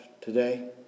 today